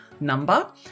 number